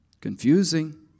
Confusing